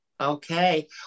Okay